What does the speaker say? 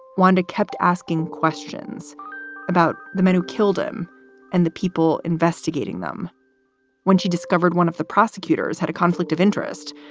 wanda kept asking questions about the man who killed him and the people investigating them when she discovered one of the prosecutors had a conflict of interest.